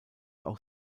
auch